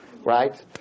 right